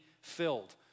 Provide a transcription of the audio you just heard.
filled